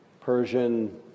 Persian